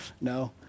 no